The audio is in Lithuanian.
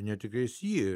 ne tik esi